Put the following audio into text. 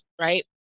right